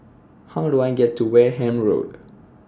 How Do I get to Wareham Road